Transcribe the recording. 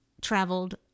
traveled